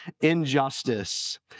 injustice